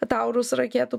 taurus raketų